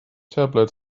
tablet